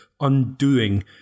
undoing